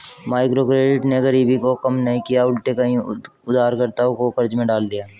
microcredit ने गरीबी को कम नहीं किया उलटे कई उधारकर्ताओं को कर्ज में डाल दिया है